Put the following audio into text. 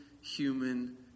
human